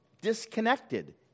disconnected